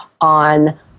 on